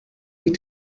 die